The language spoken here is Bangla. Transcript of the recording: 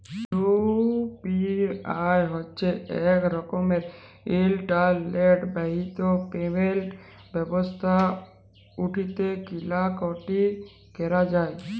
ইউ.পি.আই হছে ইক রকমের ইলটারলেট বাহিত পেমেল্ট ব্যবস্থা উটতে কিলা কাটি ক্যরা যায়